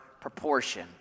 proportion